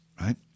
right